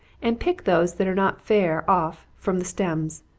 and pick those that are not fair off from the stems.